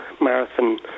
marathon